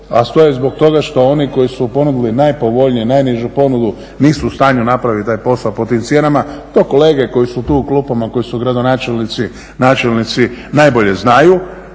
a stoje zbog toga što oni koji su ponudili najpovoljniju, najnižu ponudu nisu u stanju napraviti taj posao po tim cijenama. To kolege koji su tu u klupama koji su gradonačelnici, načelnici najbolje znaju.